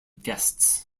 guests